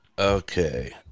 Okay